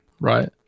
Right